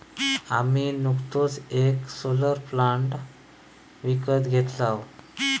आम्ही नुकतोच येक सोलर प्लांट विकत घेतलव